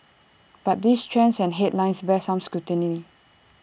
but these trends and headlines bear some scrutiny